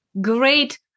great